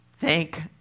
Thank